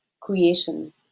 creation